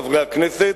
חברי הכנסת,